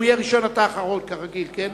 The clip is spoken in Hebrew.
הוא יהיה ראשון, אתה אחרון, כרגיל, כן?